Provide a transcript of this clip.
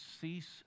cease